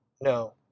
No